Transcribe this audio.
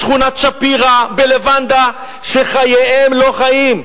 בשכונת-שפירא, בלבנדה, שחייהם לא חיים.